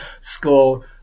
score